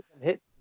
hit